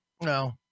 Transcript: No